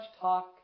talk